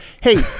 hey